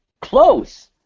close